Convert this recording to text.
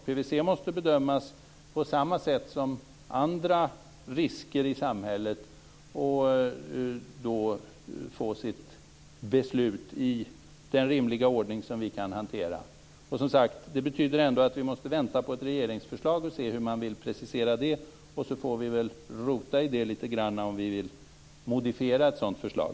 PVC måste bedömas på samma sätt som andra risker i samhället, och beslut får fattas i den rimliga ordning som vi kan hantera. Det betyder ändå att vi måste vänta på ett regeringsförslag för att se hur regeringen vill precisera detta. Sedan får vi väl rota i det litet grand för att se om vi vill modifiera ett sådant förslag.